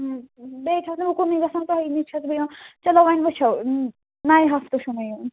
بیٚیہِ چھَس نہٕ بہٕ کُنٕے گژھان تُہی نِش چھَس بہٕ یِوان چلو وۅنۍ وُچھو نَیہِ ہَفتہٕ چھُ مےٚ یُن